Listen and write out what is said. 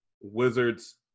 Wizards